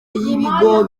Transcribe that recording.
y’ibigo